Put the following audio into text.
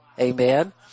Amen